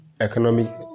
economic